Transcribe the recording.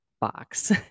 box